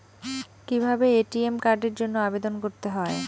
কিভাবে এ.টি.এম কার্ডের জন্য আবেদন করতে হয়?